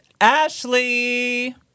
Ashley